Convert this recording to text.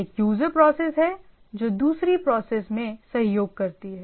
एक user process है जो दूसरी प्रोसेस में सहयोग करती है